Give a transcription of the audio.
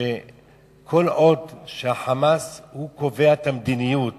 שכל עוד ה"חמאס" הוא הקובע את המדיניות